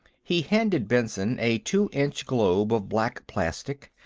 he handed benson a two-inch globe of black plastic.